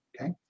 Okay